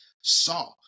saw